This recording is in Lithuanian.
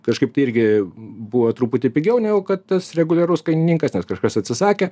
kažkaip tai irgi buvo truputį pigiau negu kad tas reguliarus kainininkas nes kažkas atsisakė